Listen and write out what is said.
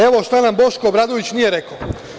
Evo šta nam Boško Obradović nije rekao.